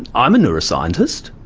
i'm a neuroscientist,